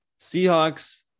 seahawks